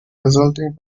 resulting